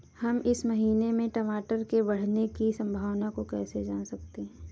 हम इस महीने में टमाटर के बढ़ने की संभावना को कैसे जान सकते हैं?